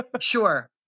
sure